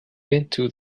into